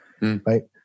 right